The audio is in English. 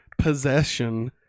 possession